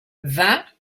vingt